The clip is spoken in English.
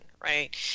right